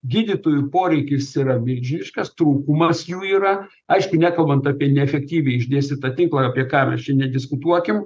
gydytojų poreikis yra milžiniškas trūkumas jų yra aiškiai nekalbant apie neefektyviai išdėstytą tinklą apie ką mes čia nediskutuokim